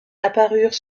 apparurent